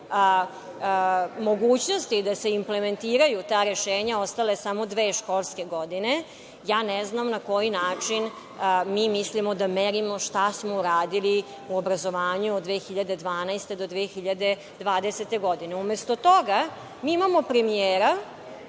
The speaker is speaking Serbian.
mogućnosti da se implementiraju ta rešenja ostale samo dve školske godine, ja ne znam na koji način mi mislimo da merimo šta smo uradili u obrazovanju od 2012. do 2020. godine. Umesto toga, mi imamo premijera